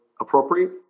appropriate